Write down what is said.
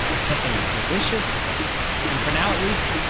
but something delicious and, for now at least,